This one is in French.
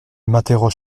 m’interroge